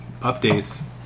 updates